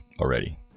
already